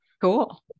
Cool